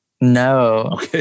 No